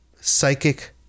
psychic